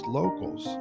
locals